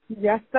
Yes